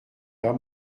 pas